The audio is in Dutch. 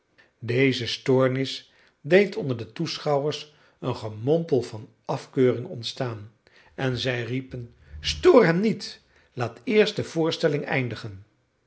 deze stoornis deed onder de toeschouwers een gemompel van afkeuring ontstaan en zij riepen stoor hem niet laat eerst de voorstelling eindigen